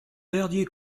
dernier